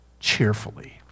cheerfully